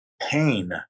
pain